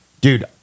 dude